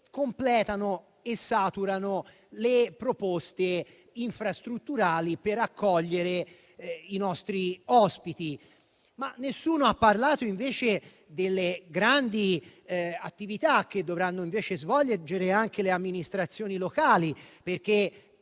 completano e saturano le proposte infrastrutturali per accogliere i nostri ospiti. Nessuno ha parlato, invece, delle grandi attività che dovranno svolgere anche le amministrazioni locali, perché